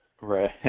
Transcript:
Right